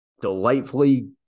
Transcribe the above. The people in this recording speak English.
delightfully